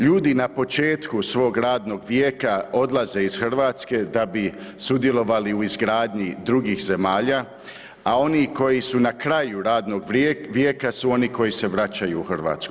Ljudi na početku svog radnog vijeka odlaze iz Hrvatske da bi sudjelovali u izgradnji drugih zemalja, a oni koji su na kraju radnog vijeka su oni koji se vraćaju u Hrvatsku.